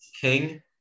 king